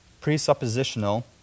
presuppositional